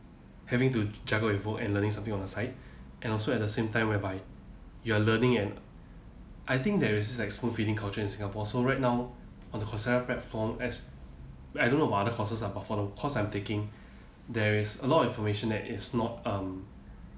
having to juggle with work and learning something on the side and also at the same time whereby you are learning and I think there is like school culture in singapore so right now on the coursera platform as I don't know about the other courses are but for the course I'm taking there is a lot of information that is not um